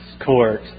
court